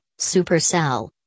Supercell